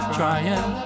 trying